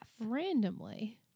Randomly